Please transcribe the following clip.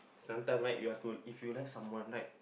some time right you have to if you like someone like